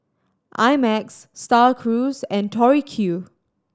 I Max Star Cruise and Tori Q